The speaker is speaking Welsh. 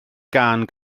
gân